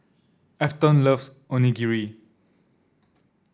Afton loves Onigiri